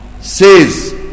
says